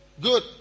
Good